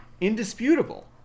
indisputable